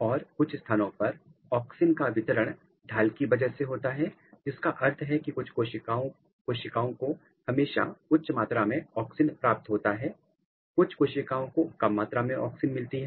और कुछ स्थानों पर ऑक्सिन का वितरण ढाल की वजह से होता है जिसका अर्थ है कि कुछ कोशिकाएं को हमेशा उच्च मात्रा में ऑक्सिन प्राप्त होता हैं कुछ कोशिकाओं को कम मात्रा में ऑक्सिन मिलती हैं